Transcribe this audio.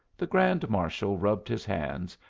the grand marshal rubbed his hands,